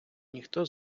ніхто